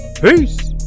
peace